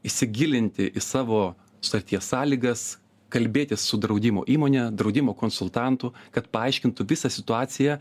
įsigilinti į savo sutarties sąlygas kalbėtis su draudimo įmone draudimo konsultantu kad paaiškintų visą situaciją